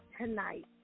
tonight